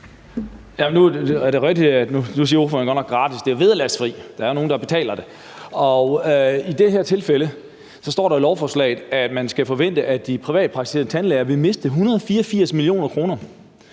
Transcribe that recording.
Nu siger ordføreren godt nok gratis, men det er vederlagsfrit; der er jo nogen, der betaler det. Og i det her tilfælde står der i lovforslaget, at man skal forvente, at de privatpraktiserende tandlæger vil miste 184 mio. kr.